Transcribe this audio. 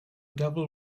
devil